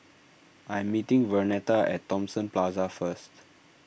I am meeting Vernetta at Thomson Plaza first